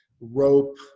rope